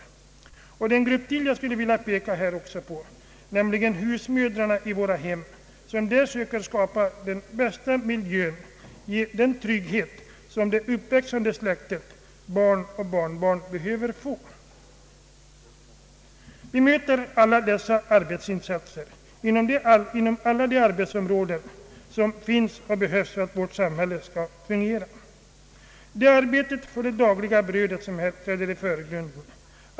Det är ytterligare en grupp jag här skulle vilja peka på, nämligen husmödrarna i våra hem som där söker skapa den bästa möjliga miljö och ge den trygghet som det uppväxande släktet, barn och barnbarn, behöver få. Vi möter dessa arbetsinsatser inom alla de arbetsområden som finns och behövs för att vårt samhälle skall fungera. Det är arbetet för det dagliga brödet som här träder i förgrunden.